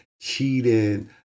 Cheating